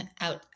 Out